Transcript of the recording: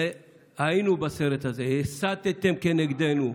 היינו בסרט הזה, הֵסַתֶּם נגדנו.